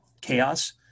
chaos